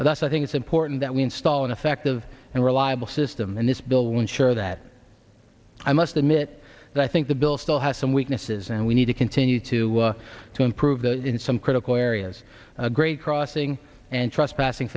that's i think it's important that we install an effective and reliable system and this bill will ensure that i must admit that i think the bill still has some weaknesses and we need to continue to to improve the in some critical areas grade crossing and trust passing